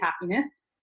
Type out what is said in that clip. happiness